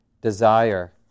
desire